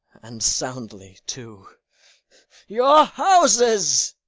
and soundly too your houses!